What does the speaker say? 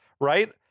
Right